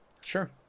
Sure